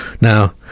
Now